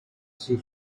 she